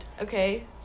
okay